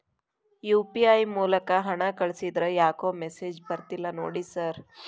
UPI ಮೂಲಕ ಹಣ ಕಳಿಸಿದ್ರ ಯಾಕೋ ಮೆಸೇಜ್ ಬರ್ತಿಲ್ಲ ನೋಡಿ ಸರ್?